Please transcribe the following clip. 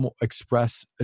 express